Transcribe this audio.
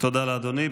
תודה לאדוני.